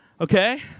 okay